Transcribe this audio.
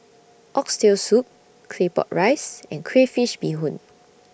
Oxtail Soup Claypot Rice and Crayfish Beehoon